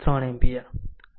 3 ampere